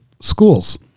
schools